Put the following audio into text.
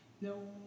No